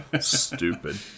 Stupid